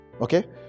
Okay